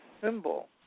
symbol